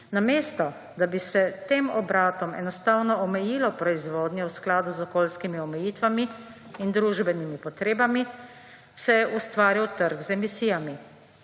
Namesto da bi se tem obratom enostavno omejilo proizvodnjo v skladu z okoljskimi omejitvami in družbenimi potrebami, se je ustvarjal trg z emisijami